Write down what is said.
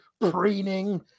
preening